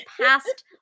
past